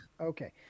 Okay